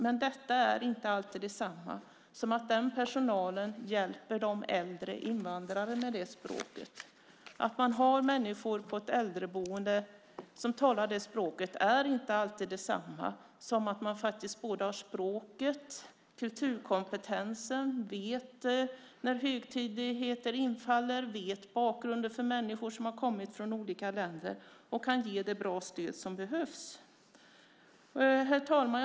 Men detta är inte alltid detsamma som att den personalen hjälper äldre invandrare med det språket. Att man har människor i ett äldreboende som talar det språket är inte alltid detsamma som att man faktiskt vårdar språket, kulturkompetensen, vet när högtider infaller, vet bakgrunden för människor som har kommit från olika länder och kan ge det bra stöd som behövs. Herr talman!